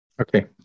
Okay